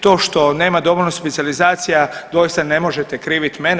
To što nema dovoljno specijalizacija doista ne možete kriviti mene.